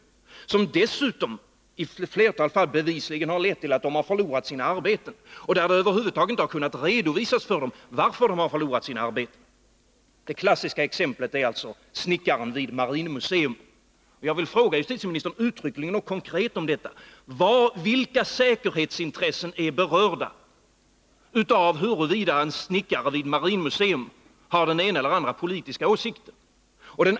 I ett flertal fall har dessutom dessa undersökningar bevisligen lett till att människor har förlorat sina arbeten, och det har över huvud taget inte kunnat redovisas för dem varför de har förlorat sina arbeten. Det klassiska exemplet gäller snickaren vid ett marinmuseum. Jag vill fråga justitieministern uttryckligen och konkret: Vilka säkerhetsintressen är berörda av huruvida en snickare vid ett marinmuseum har den ena eller andra politiska åsikten?